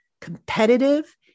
competitive